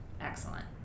Excellent